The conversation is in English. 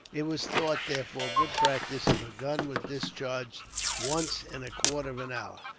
it was thought, therefore, good practice if a gun were discharged once in a quarter of an hour.